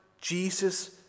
Jesus